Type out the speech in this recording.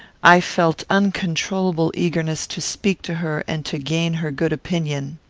i felt uncontrollable eagerness to speak to her, and to gain her good opinion.